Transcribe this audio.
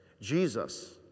Jesus